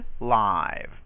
live